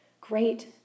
Great